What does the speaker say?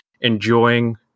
enjoying